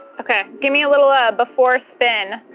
okay, give me a little a before spin,